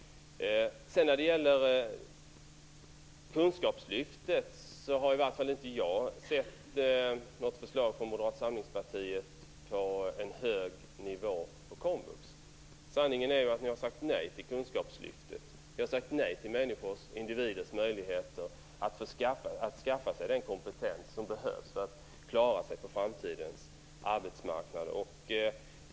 När det gäller kunskapslyftet har i varje fall inte jag sett något förslag från Moderata samlingspartiet om en hög nivå på komvux. Sanningen är att ni har sagt nej till kunskapslyftet. Ni har sagt nej till individers möjligheter att skaffa sig den kompetens som behövs för att klara sig på framtidens arbetsmarknad.